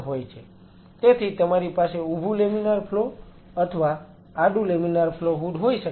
તેથી તમારી પાસે ઊભું લેમિનાર ફ્લો અથવા આડુ લેમિનાર ફ્લો હૂડ હોઈ શકે છે